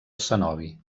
cenobi